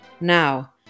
now